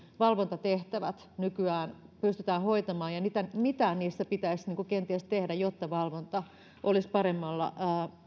valvontatehtävät nykyään pystytään hoitamaan ja mitä niissä pitäisi kenties tehdä jotta valvonta olisi paremmassa